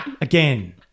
Again